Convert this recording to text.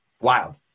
Wild